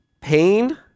pain